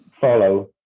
follow